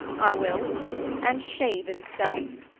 i will and shave himself?